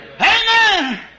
Amen